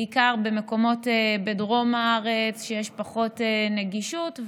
ובעיקר במקומות בדרום הארץ, שיש פחות נגישות.